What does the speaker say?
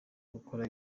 gukora